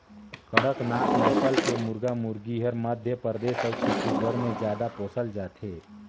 कड़कनाथ नसल के मुरगा मुरगी हर मध्य परदेस अउ छत्तीसगढ़ में जादा पोसल जाथे